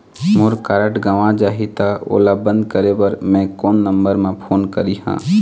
मोर card गंवा जाही त ओला बंद करें बर मैं कोन नंबर म फोन करिह?